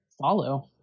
follow